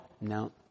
No